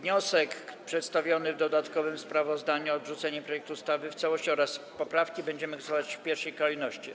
Nad przedstawionym w dodatkowym sprawozdaniu wnioskiem o odrzucenie projektu ustawy w całości oraz nad poprawkami będziemy głosować w pierwszej kolejności.